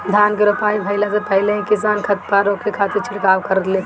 धान के रोपाई भइला से पहिले ही किसान खरपतवार रोके खातिर छिड़काव करवा लेत हवे